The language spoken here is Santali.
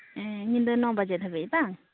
ᱧᱤᱫᱟᱹ ᱱᱚ ᱵᱟᱡᱮ ᱫᱷᱟᱹᱵᱤᱡ ᱵᱟᱝ